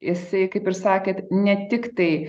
jisai kaip ir sakėt ne tiktai